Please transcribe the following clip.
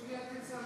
ההצעה